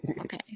Okay